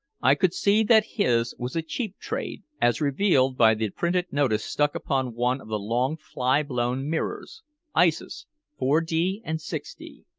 i could see that his was a cheap trade, as revealed by the printed notice stuck upon one of the long fly-blown mirrors ices four d and six d.